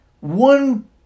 one